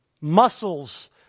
Muscles